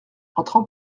entrant